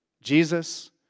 Jesus